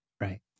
Right